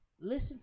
listen